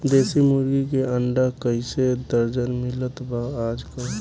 देशी मुर्गी के अंडा कइसे दर्जन मिलत बा आज कल?